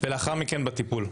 ולאחר מכן בטיפול.